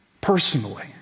Personally